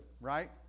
right